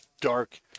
dark